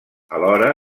alhora